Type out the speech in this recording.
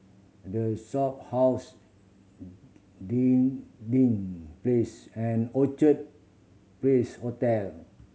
The Shophouse Dinding Place and Orchard Place Hotel